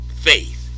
faith